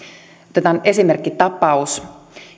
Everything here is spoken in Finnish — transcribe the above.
otetaan esimerkkitapaus